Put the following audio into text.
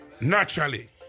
Naturally